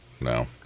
No